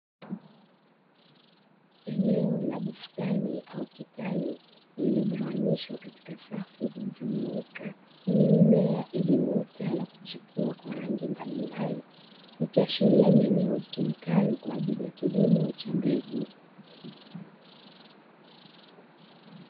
Eneo la bustani au kitalu limegawanyishwa katika safu zilizonyooka, lenye mimea iliyoota na kuchipua kwa rangi mbalimbali, ikiashiria ni eneo litumikalo kwa ajili ya kilimo cha mbegu.